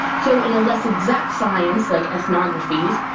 so in a less exact science like ethnographies,